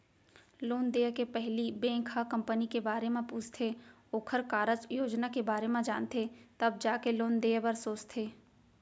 loan देय के पहिली बेंक ह कंपनी के बारे म पूछथे ओखर कारज योजना के बारे म जानथे तब जाके लोन देय बर सोचथे